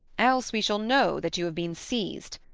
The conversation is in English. else we shall know that you have been seized,